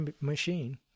machine